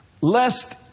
lest